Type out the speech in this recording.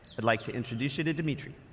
i'd like to introduce you to dmitri.